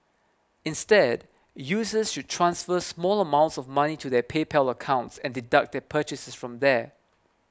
instead users should transfer small amounts of money to their PayPal accounts and deduct their purchases from there